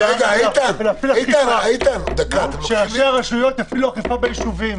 תפעילו אכיפה שראשי הרשויות יפעילו אכיפה בישובים.